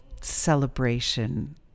celebration